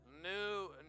new